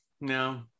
no